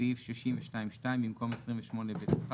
בסעיף 62(2), בסעיף 28(ב1),